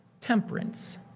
temperance